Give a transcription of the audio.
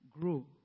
grow